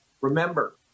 Remember